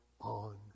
on